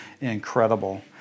incredible